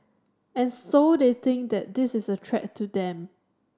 and so they think that this is a threat to them